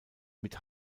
mit